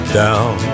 down